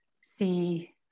see